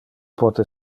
pote